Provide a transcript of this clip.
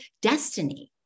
destiny